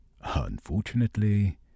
Unfortunately